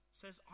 says